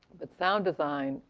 but sound design,